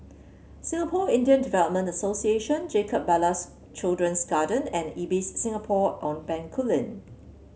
Singapore Indian Development Association Jacob Ballas Children's Garden and Ibis Singapore on Bencoolen